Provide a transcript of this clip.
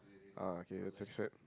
uh okay is accept